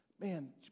man